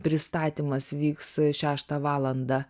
pristatymas vyks šeštą valandą